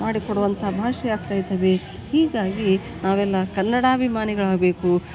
ಮಾಡಿಕೊಡುವಂಥ ಭಾಷೆ ಆಗ್ತಾ ಇದವೆ ಹೀಗಾಗಿ ನಾವೆಲ್ಲ ಕನ್ನಡಾಭಿಮಾನಿಗಳಾಗಬೇಕು